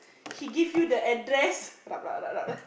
he give you the address rub rub rub rub